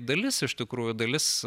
dalis iš tikrųjų dalis